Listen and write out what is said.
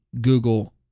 Google